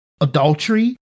adultery